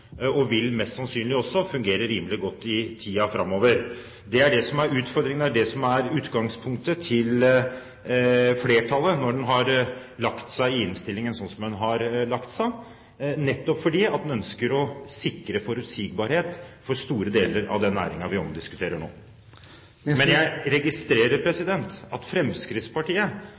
mest sannsynlig også vil fungere rimelig godt i tiden framover. Det er det som er utfordringen. Det er det som er utgangspunktet til flertallet når en har lagt seg i innstillingen slik som en har lagt seg, nettopp fordi at en ønsker å sikre forutsigbarhet for store deler av den næringen vi diskuterer nå. Jeg registrerer at Fremskrittspartiet